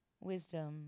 wisdom